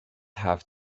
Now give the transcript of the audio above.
have